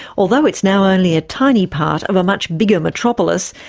although it's now only a tiny part of a much bigger metropolis,